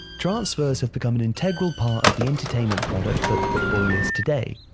transfers have become an integral part of the entertainment product that football is today.